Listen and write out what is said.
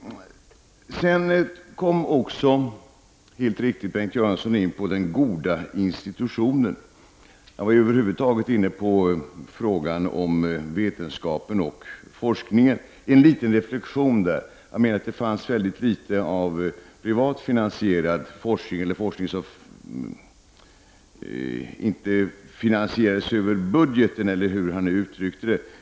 Bengt Göransson kom också helt riktigt in på den goda institutionen. Han var över huvud taget inne på frågan om vetenskapen och forskningen. Jag vill göra en liten reflexion där. Han menar att det finns mycket litet forskning som inte finansieras över budgeten, eller hur han nu uttryckte det.